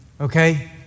Okay